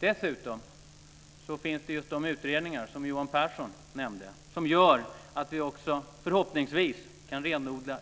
Dessutom finns de utredningar som Johan Pehrson nämnde och som gör att vi förhoppningsvis kan renodla